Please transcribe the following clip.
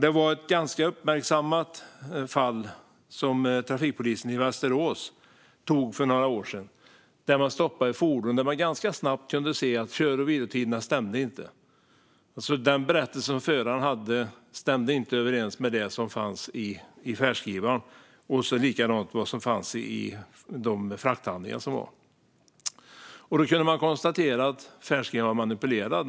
Det var ett ganska uppmärksammat fall för några år sedan, då trafikpolisen i Västerås stoppade ett fordon där de ganska snabbt kunde se att kör och vilotiderna inte stämde. Den berättelse som föraren hade stämde inte överens med det som fanns i färdskrivaren eller i frakthandlingarna. Polisen kunde konstatera att färdskrivaren var manipulerad.